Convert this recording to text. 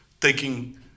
taking